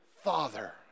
father